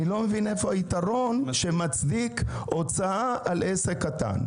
אני לא מצליח להבין איפה היתרון שמצדיק הוצאה על עסק קטן?